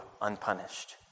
unpunished